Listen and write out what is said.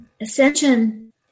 Ascension